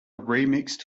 remixed